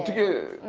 you?